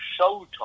Showtime